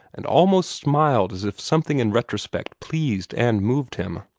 and almost smiled as if something in retrospect pleased and moved him.